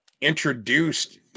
introduced